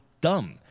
dumb